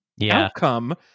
outcome